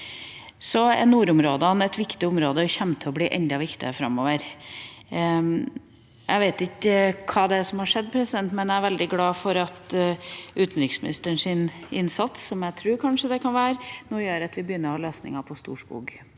Nordområdene er et viktig område og kommer til å bli enda viktigere framover. Jeg vet ikke hva som er skjedd, men jeg er veldig glad for at utenriksministerens innsats – som jeg tror kanskje det kan være – nå gjør at vi begynner å ha løsninger på Storskog.